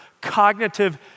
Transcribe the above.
cognitive